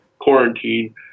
quarantine